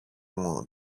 μου